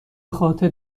خاطر